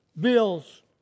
bills